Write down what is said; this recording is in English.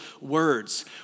words